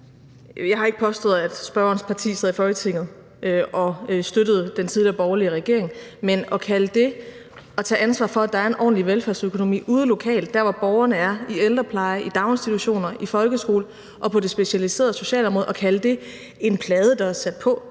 jeg ikke har påstået, at spørgerens parti sad i Folketinget og støttede den tidligere borgerlige regering. Men at kalde det at tage ansvar for, at der er en ordentlig velfærdsøkonomi ude lokalt, der, hvor borgerne er – i ældreplejen, i daginstitutionerne, i folkeskolen og på det specialiserede socialområde – for en plade, der er sat på,